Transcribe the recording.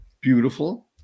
beautiful